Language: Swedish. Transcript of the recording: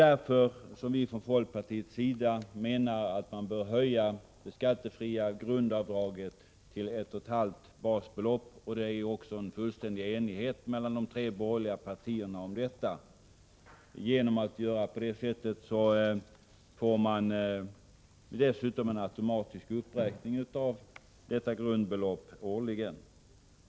Därför menar vi från folkpartiets sida att man bör höja det skattefria grundavdraget till 1,5 basbelopp. Om detta är det också fullständig enighet mellan de tre borgerliga partierna. Genom att göra på det sättet får man dessutom årligen en automatisk uppräkning av detta grundbelopp.